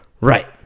Right